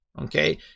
Okay